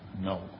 no